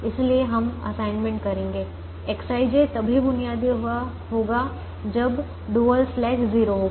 इसलिए हम असाइनमेंट करेंगे Xij तभी बुनियादी होगा जब डुअल स्लैक 0 होगा